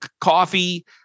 coffee